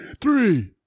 Three